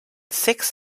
six